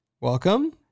Welcome